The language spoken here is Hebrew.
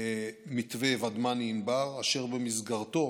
מתווה ודמני-ענבר, אשר במסגרתו